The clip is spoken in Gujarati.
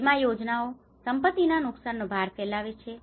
વીમા યોજનાઓ સંપત્તિના નુકસાનનો ભાર ફેલાવે છે